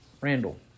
Randall